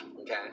Okay